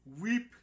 Weep